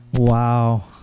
Wow